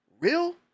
Real